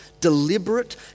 deliberate